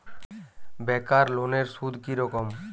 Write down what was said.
বেকার লোনের সুদ কি রকম?